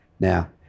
now